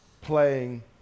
playing